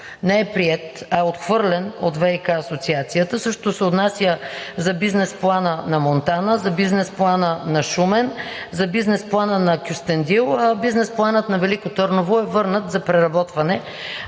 не е приет, а е отхвърлен от ВиК асоциацията. Същото се отнася за бизнес плана на Монтана, за бизнес плана на Шумен, за бизнес плана на Кюстендил, а бизнес планът на Велико Търново е върнат за преработване.